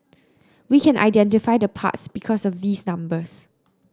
we can identify the parts because of these numbers